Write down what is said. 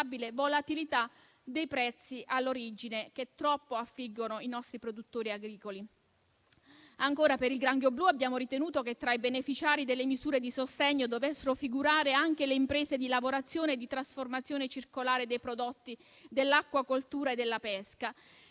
volatilità dei prezzi all'origine, che troppo affliggono i nostri produttori agricoli. Ancora, per il granchio blu, abbiamo ritenuto che tra i beneficiari delle misure di sostegno dovessero figurare anche le imprese di lavorazione e di trasformazione circolare dei prodotti dell'acquacoltura e della pesca.